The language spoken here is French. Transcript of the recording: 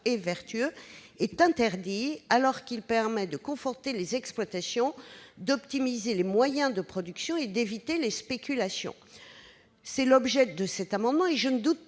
et vertueux, est interdit, alors qu'il permet de conforter les exploitations, d'optimiser les moyens de production et d'éviter les spéculations. Je ne doute pas, monsieur le